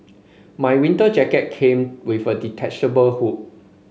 my winter jacket came with a detachable hood